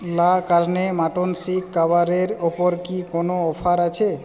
লা carne mutton seekh কাবাবের ওপর কি কোনো অফার আছে